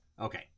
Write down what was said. Okay